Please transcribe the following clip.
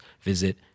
visit